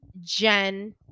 Jen